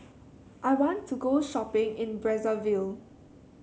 I want to go shopping in Brazzaville